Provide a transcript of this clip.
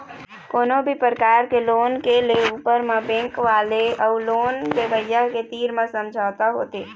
कोनो भी परकार के लोन के ले ऊपर म बेंक वाले अउ लोन लेवइया के तीर म समझौता होथे